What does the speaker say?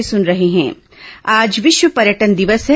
विश्व पर्यटन दिवस आज विश्व पर्यटन दिवस है